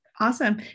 Awesome